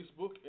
Facebook